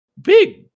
big